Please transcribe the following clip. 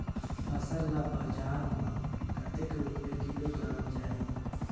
फसल ला बजार मां कतेक रुपिया किलोग्राम जाही?